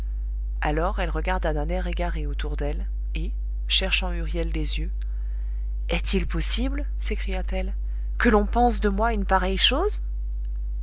alors elle regarda d'un air égaré autour d'elle et cherchant huriel des yeux est-il possible s'écria-t-elle que l'on pense de moi une pareille chose